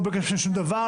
לא ביקש שום דבר,